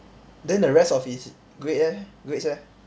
then the rest of his grade eh grades eh